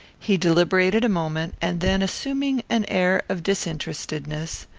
he deliberated a moment, and then, assuming an air of disinterestedness,